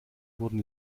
wurden